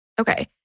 okay